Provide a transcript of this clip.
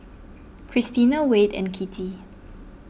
Christina Wade and Kittie